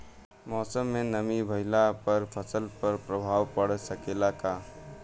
मौसम में नमी भइला पर फसल पर प्रभाव पड़ सकेला का?